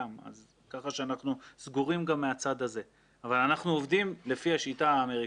כך שאנחנו סגורים גם מהצד הזה אבל אנחנו עובדים לפי השיטה האמריקאית.